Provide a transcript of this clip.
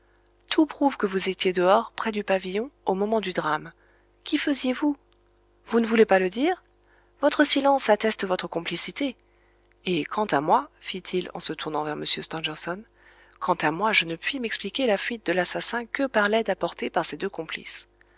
tout prouve que vous étiez dehors près du pavillon au moment du drame qu'y faisiez-vous vous ne voulez pas le dire votre silence atteste votre complicité et quant à moi fit-il en se tournant vers m stangerson quant à moi je ne puis m'expliquer la fuite de l'assassin que par l'aide apportée par ces deux complices